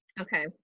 Okay